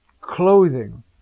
clothing